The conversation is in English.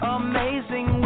amazing